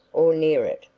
or near it.